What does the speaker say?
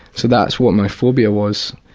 so that's what my phobia was.